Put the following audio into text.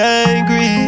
angry